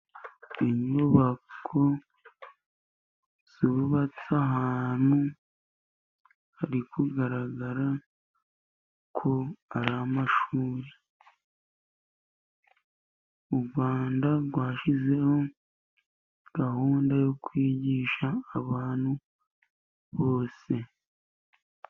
Inyubako zubatse ahantu, hari kugaragara ko hari amashuri, U Rwanda rwashyizeho gahunda yo kwigisha abantu bose.